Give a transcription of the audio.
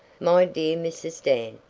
my dear mrs. dan,